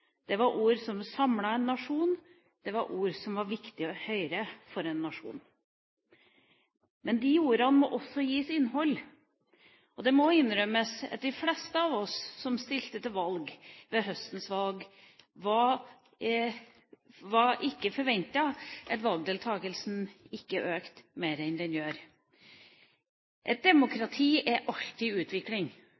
Det var kloke ord. Det var ord som samlet en nasjon, det var ord som var viktige å høre for en nasjon. Men de ordene må også gis innhold. Og det må innrømmes at de fleste av oss som stilte til valg ved høstens valg, ikke forventet at valgdeltakelsen ikke økte mer enn den